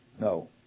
No